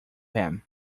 him